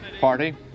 Party